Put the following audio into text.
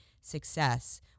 success